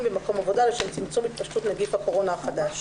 במקום עבודה לשם צמצום התפשטות נגיף הקורונה החדש),